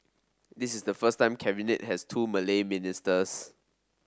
this is the first time Cabinet has two Malay ministers